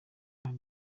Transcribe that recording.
hari